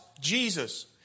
Jesus